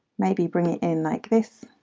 maybe bring it in like this.